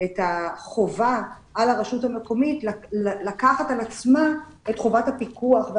את החובה על הרשות המקומית לקחת על עצמה את חובת הפיקוח,